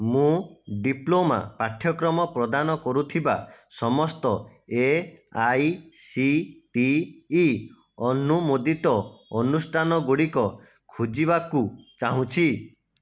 ମୁଁ ଡିପ୍ଲୋମା ପାଠ୍ୟକ୍ରମ ପ୍ରଦାନ କରୁଥିବା ସମସ୍ତ A I C T E ଅନୁମୋଦିତ ଅନୁଷ୍ଠାନ ଗୁଡ଼ିକ ଖୋଜିବାକୁ ଚାହୁଁଛି